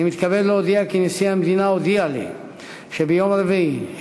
אני מתכבד להודיע כי נשיא המדינה הודיע לי שביום רביעי,